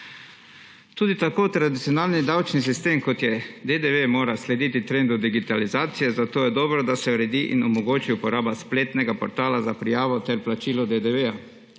Tudi tako tradicionalni davčni sistem, kot je DDV, mora slediti trendu digitalizacije, zato je dobro, da se uredi in omogoči uporaba spletnega portala za prijavo ter plačilo DDV.